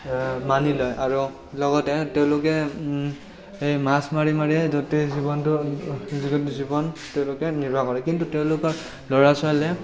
মানি লয় আৰু লগতে তেওঁলোকে সেই মাছ মাৰি মাৰি গোটেই জীৱনটো জীৱন তেওঁলোকে নিৰ্বাহ কৰে কিন্তু তেওঁলোকৰ ল'ৰা ছোৱালীয়ে